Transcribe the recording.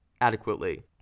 adequately